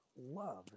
love